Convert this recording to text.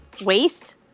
Waste